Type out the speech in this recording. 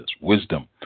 Wisdom